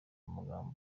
amakamyo